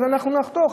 אנחנו נחתוך,